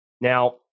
Now